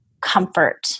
comfort